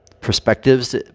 Perspectives